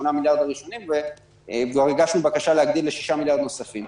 מיליארד הראשונים וכבר הגשנו בקשה להגדיל ל-6 מיליארד נוספים.